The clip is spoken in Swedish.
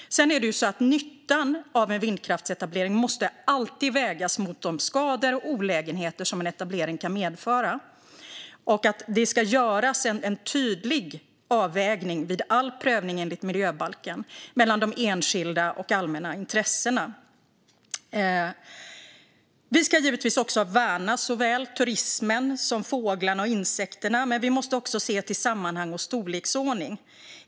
Nyttan av en vindkraftsetablering måste alltid vägas mot de skador och olägenheter som en etablering kan medföra. Det ska göras en tydlig avvägning vid all prövning enligt miljöbalken mellan de enskilda och allmänna intressena. Vi ska givetvis också värna såväl turismen som fåglarna och insekterna. Men vi måste också se till sammanhang och storleksordning.